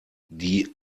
die